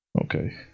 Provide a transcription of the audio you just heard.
Okay